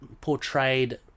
portrayed